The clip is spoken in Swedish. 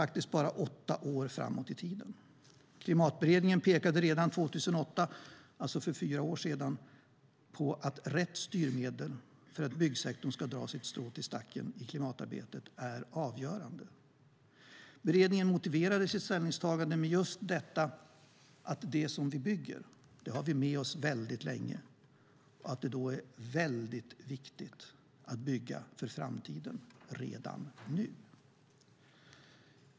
Klimatberedningen påpekade redan 2008, det vill säga för fyra år sedan, att rätt styrmedel för att byggsektorn ska dra sitt strå till stacken i klimatarbetet är avgörande. Beredningen motiverade sitt ställningstagande med att det vi bygger har vi med oss väldigt länge, och då är det mycket viktigt att bygga för framtiden redan nu.